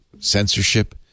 censorship